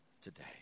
today